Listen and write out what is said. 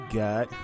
got